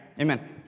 amen